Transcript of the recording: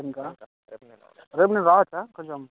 రేపు నేను రావచ్చా కొంచెం